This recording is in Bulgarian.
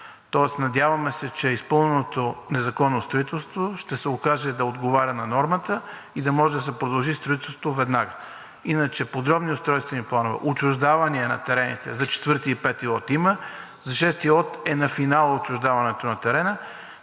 Тоест, надяваме се, че изпълненото незаконно строителство ще се окаже да отговаря на нормата и да може да се продължи строителството веднага. Иначе подробни устройствени планове, отчуждавания на терените за 4-ти и 5-и лот има. За 6-и лот е на финала отчуждаването на терена.